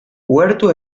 uhertu